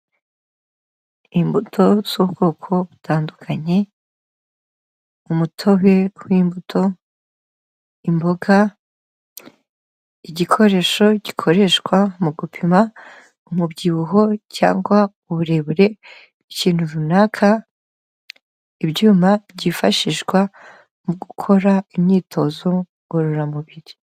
Imbuto z'ubwoko butandukanye, umutobe w'imbuto, imboga, igikoresho gikoreshwa mu gupima umubyibuho cyangwa uburebure ikintu runaka, ibyuma byifashishwa mu gukora imyitozo ngororamubiri.